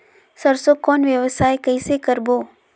सरसो कौन व्यवसाय कइसे करबो?